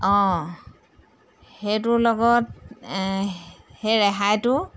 অঁ সেইটোৰ লগত সেই ৰেহাইটো